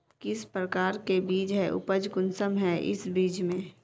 किस प्रकार के बीज है उपज कुंसम है इस बीज में?